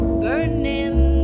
burning